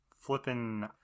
flipping